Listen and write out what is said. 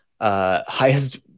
highest